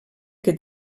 que